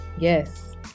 Yes